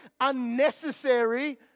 unnecessary